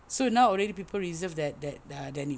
so now already people reserve that that uh denim